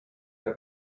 der